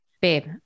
babe